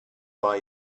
buy